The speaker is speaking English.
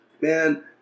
man